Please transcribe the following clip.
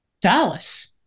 Dallas